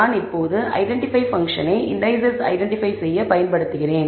நான் இப்போது ஐடென்டிபை பங்க்ஷனை இண்டீசெஸ் ஐடென்டிபை செய்ய பயன்படுத்துகிறேன்